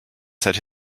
set